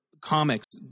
comics